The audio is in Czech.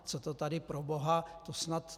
Co to tady proboha to snad!